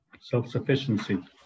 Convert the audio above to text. self-sufficiency